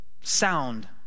sound